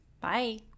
bye